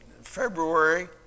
February